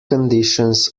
conditions